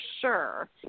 sure